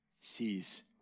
sees